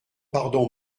pardon